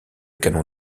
canon